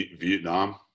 Vietnam